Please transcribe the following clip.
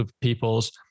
people's